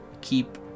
keep